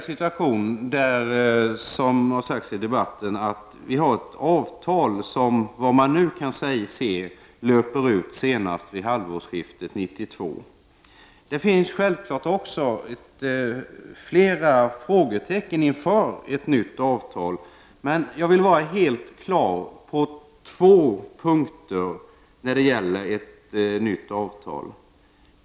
Som det har sagts i debatten finns det ett avtal som löper ut senast vid halvårsskiftet 1992. Det finns självfallet även fler frågetecken inför ett nytt avtal. Men på två punkter i fråga om ett nytt avtal vill jag vara helt klar.